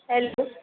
hello